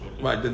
Right